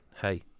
hey